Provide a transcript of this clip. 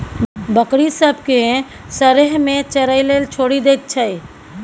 बकरी सब केँ सरेह मे चरय लेल छोड़ि दैत छै